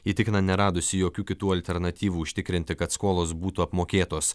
įtikina neradusi jokių kitų alternatyvų užtikrinti kad skolos būtų apmokėtos